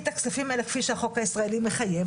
את הכספים האלה כפי שהחוק הישראלי מחייב,